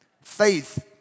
Faith